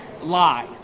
lie